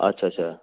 ਅੱਛਾ ਅੱਛਾ